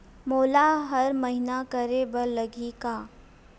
मोला हर महीना करे बर लगही का?